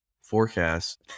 forecast